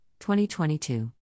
2022